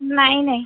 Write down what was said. नाही नाही